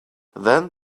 then